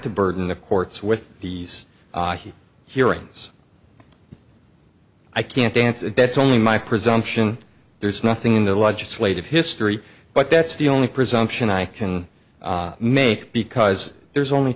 to burden the courts with these hearings i can't dance the debts only my presumption there's nothing in the legislative history but that's the only presumption i can make because there's only